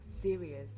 serious